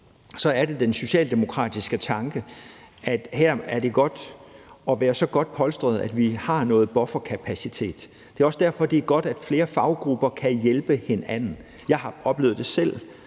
er det den socialdemokratiske tanke, at her er det godt at være så godt polstret, at vi har noget bufferkapacitet. Det er også derfor, det er godt, at flere faggrupper kan hjælpe hinanden. Jeg har selv